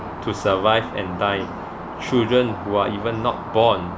to survive and die children who are even not born